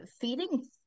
feeding